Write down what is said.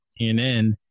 CNN